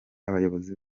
abayobozi